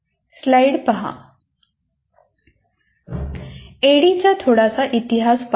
ऍडीचा थोडासा इतिहास पाहू या